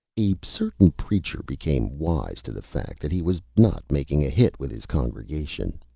a certain preacher became wise to the fact that he was not making a hit with his congregation.